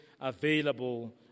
available